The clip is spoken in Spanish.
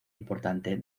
importante